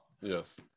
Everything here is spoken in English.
Yes